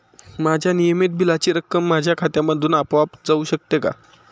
माझ्या नियमित बिलाची रक्कम माझ्या खात्यामधून आपोआप जाऊ शकते का?